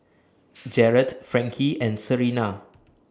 Jaret Frankie and Serina